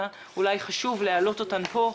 להבדיל נגיד מסמים ואלכוהול,